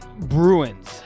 Bruins